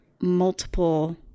multiple